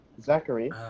Zachary